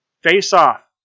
Face-off